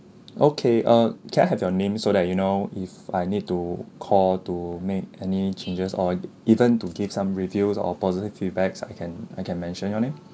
okay uh can I have your name so that you know if I need to call to make any changes or even to give some reviews or positive feedbacks I can I can mention your name